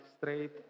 straight